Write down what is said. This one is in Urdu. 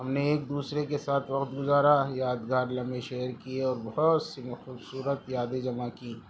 ہم نے ایک دوسرے کے ساتھ وقت گزارا یادگار لمحے شیئر کیے اور بہت سی خوبصورت یادیں جمع کیں